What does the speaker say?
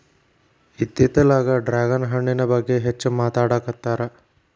ಇತ್ತಿತ್ತಲಾಗ ಡ್ರ್ಯಾಗನ್ ಹಣ್ಣಿನ ಬಗ್ಗೆ ಹೆಚ್ಚು ಮಾತಾಡಾಕತ್ತಾರ